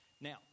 Now